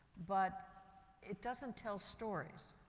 but it doesn't tell stories.